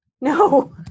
No